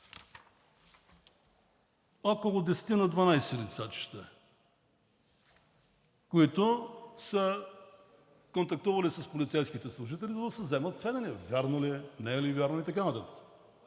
лица, които са контактували с полицейските служители, за да се вземат сведения – вярно ли е, не е ли вярно и така нататък.